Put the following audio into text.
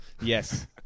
Yes